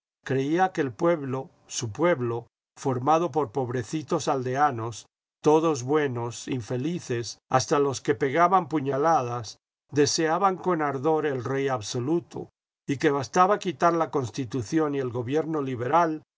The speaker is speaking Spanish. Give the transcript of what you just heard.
creía que el pueblo su pueblo formado por pobrecitos aldeanos todos buenos infelices hasta los que pegaban puñaladas deseaban con ardor el rey absoluto y que bastaba quitar la constitución y el gobierno liberal